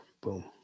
Boom